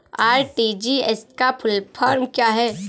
RTGS का full form क्या है?